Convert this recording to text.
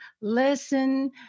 listen